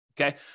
okay